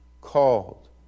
called